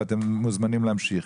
ואתם מוזמנים להמשיך.